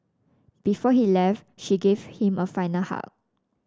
before he left she gave him a final hug